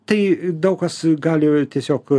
tai daug kas gali tiesiog